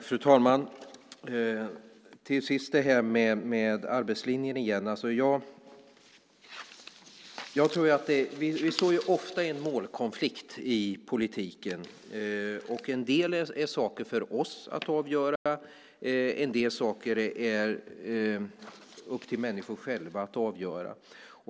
Fru talman! Tomas Eneroth talar om arbetslinjen. Vi hamnar ofta i målkonflikter i politiken. En del är saker för oss att avgöra, en del är saker som människor själva kan avgöra.